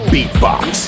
Beatbox